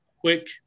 quick